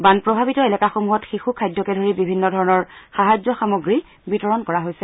বান প্ৰভাৱিত এলেকাসমূহত শিশু খাদ্যকে ধৰি বিভিন্ন ধৰণৰ সাহায্য সামগ্ৰী বিতৰণ কৰা হৈছে